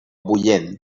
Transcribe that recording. bullent